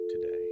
today